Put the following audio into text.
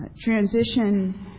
transition